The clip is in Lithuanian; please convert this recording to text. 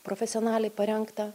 profesionaliai parengtą